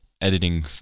editing